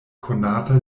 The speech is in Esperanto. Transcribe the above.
konata